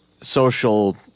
social